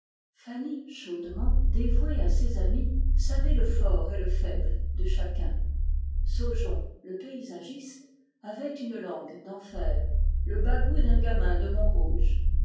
chaudement dévouée à ses amis savait le fort et le faible de chacun saujon le paysagiste avait le bagout d'un gamin de